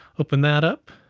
open that up.